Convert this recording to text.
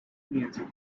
music